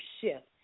shift